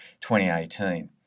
2018